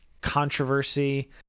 controversy